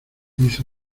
hizo